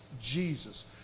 Jesus